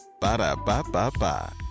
Ba-da-ba-ba-ba